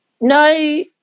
no